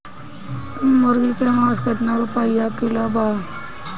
मुर्गी के मांस केतना रुपया किलो बा?